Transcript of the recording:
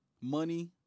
money